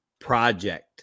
project